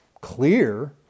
clear